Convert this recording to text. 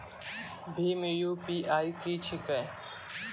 भीम UPI की छीके?